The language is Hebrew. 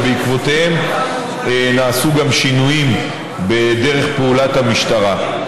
ובעקבותיהם נעשו גם שינויים בדרך פעולת המשטרה.